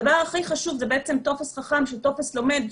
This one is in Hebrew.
הדבר הכי חשוב זה בעצם טופס חכם שהוא טופס לומד,